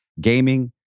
gaming